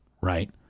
right